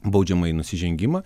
baudžiamąjį nusižengimą